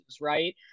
right